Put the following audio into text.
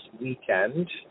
weekend